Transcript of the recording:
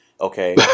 okay